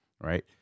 Right